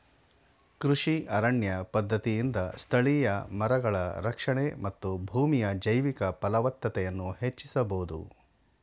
ಕೃಷಿ ಅರಣ್ಯ ಪದ್ಧತಿಯಿಂದ ಸ್ಥಳೀಯ ಮರಗಳ ರಕ್ಷಣೆ ಮತ್ತು ಭೂಮಿಯ ಜೈವಿಕ ಫಲವತ್ತತೆಯನ್ನು ಹೆಚ್ಚಿಸಬೋದು